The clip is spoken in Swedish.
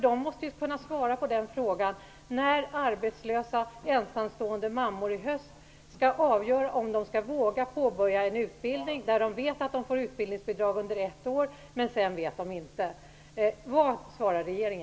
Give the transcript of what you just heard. Den måste ju kunna svara på den frågan när arbetslösa ensamstående mammor i höst skall avgöra om de skall våga påbörja en utbildning för vilken de vet att de får utbildningsbidrag under ett år men inte vad som händer därefter. Vad svarar regeringen?